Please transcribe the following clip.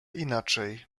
inaczej